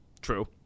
True